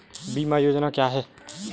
बीमा योजना क्या है?